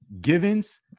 Givens